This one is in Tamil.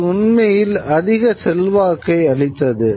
இது உண்மையில் அதிக செல்வாக்கை அளித்தது